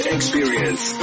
Experience